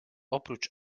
oprócz